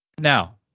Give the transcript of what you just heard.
Now